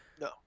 No